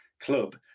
club